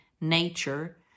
nature